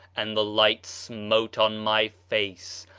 and the light smote on my face.